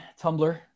Tumblr